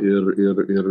ir ir ir